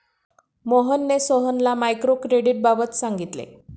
मोहनने सोहनला मायक्रो क्रेडिटबाबत सांगितले